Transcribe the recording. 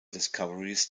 discoveries